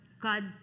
God